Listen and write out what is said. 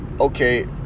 Okay